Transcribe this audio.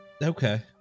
Okay